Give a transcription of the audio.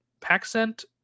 Paxent